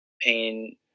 pain